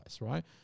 right